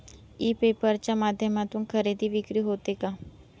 E paper च्या माध्यमातून खरेदी विक्री होते का?